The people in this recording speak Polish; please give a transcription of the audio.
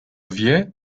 wie